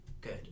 Good